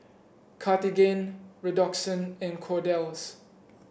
Cartigain Redoxon and Kordel's